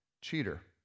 Cheater